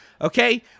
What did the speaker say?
Okay